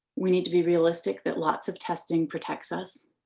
we need to be realistic that lots of testing protects us.